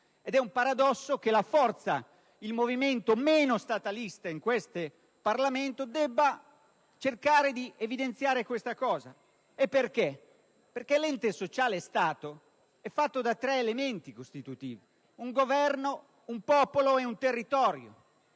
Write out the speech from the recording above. Ed è un paradosso che la forza, il movimento meno statalista in questo Parlamento debba cercare di evidenziare tale aspetto, perché l'ente Stato è composto da tre elementi costitutivi: un governo, un popolo ed un territorio.